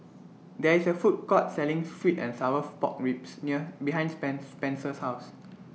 There IS A Food Court Selling Sweet and Sour Pork Ribs near behind Spenser's House